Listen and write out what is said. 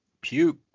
puke